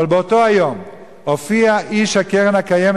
אבל באותו היום הופיע איש הקרן הקיימת